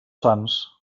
sants